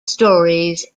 stories